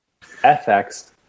FX